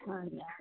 ਹਾਂਜੀ ਹਾਂਜੀ